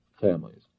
families